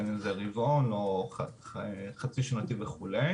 בין אם זה רבעון או חצי שנתי וכו'.